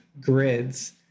grids